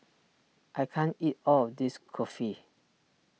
I can't eat all of this Kulfi